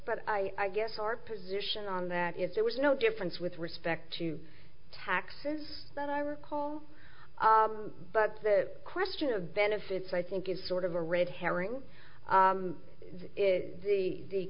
but i guess our position on that is there was no difference with respect to taxes that i recall but the question of benefits i think is sort of a red herring the